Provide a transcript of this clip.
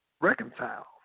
Reconcile